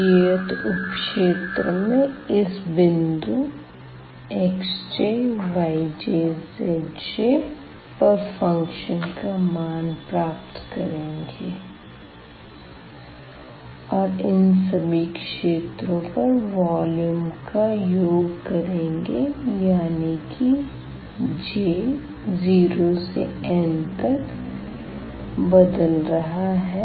j'th उप क्षेत्र में इस बिंदु xjyjzj पर फ़ंक्शन का मान प्राप्त करेंगे और इन सभी क्षेत्रों पर वॉल्यूम का योग करेंगे यानी कि j 0 से n तक बदल रहा है